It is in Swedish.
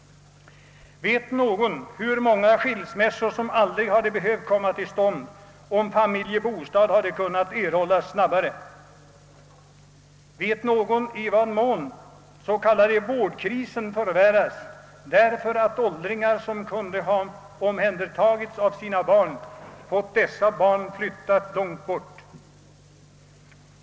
Vet någon hur många skilsmässor som aldrig hade behövt komma till stånd om familjebostad kunnat erhållas snabbare? Vet någon i vad mån den s.k. vårdkrisen har förvärrats därför att åldringar, som kunde ha omhändertagits av sina barn, fått dessa barn flyttade långt bort?